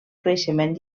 creixement